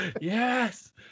Yes